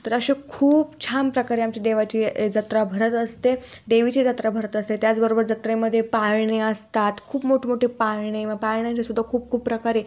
तर असे खूप छान प्रकारे आमच्या देवाची ए जत्रा भरत असते देवीची जत्रा भरत असते त्याचबरोबर जत्रेमध्ये पाळणे असतात खूप मोठेमोठे पाळणे मग पाळण्यांचे सुद्धा खूप खूप प्रकार आहे